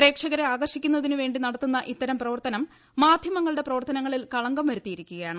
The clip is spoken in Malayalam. പ്രേക്ഷകരെ ആകർഷിക്കുന്നതിന് വേണ്ടി നടത്തുന്ന് ഇത്തരം പ്രവർത്തനം മാധ്യമങ്ങളുടെ പ്രവർത്തനങ്ങളിൽ ക്ളങ്കം വരുത്തിയിരിക്കുയാണ്